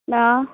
آ